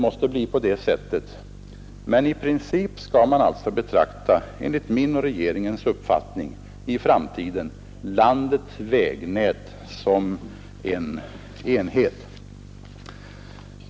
Men i princip skall man enligt min och regeringens mening betrakta landets vägnät som en enhet.